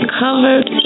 covered